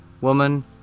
woman